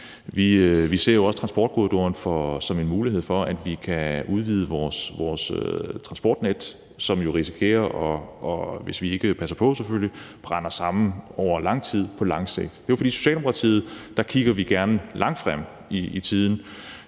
Vi ser også transportkorridoren som en mulighed for, at vi kan udvide vores transportnet, som vi jo, hvis vi ikke passer på, risikerer brænder sammen på lang sigt. I Socialdemokratiet kigger vi gerne langt frem i tiden